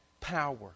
power